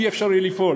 לא יהיה אפשר לפעול.